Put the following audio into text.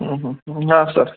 हां सर